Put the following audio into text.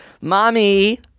Mommy